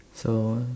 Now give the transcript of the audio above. so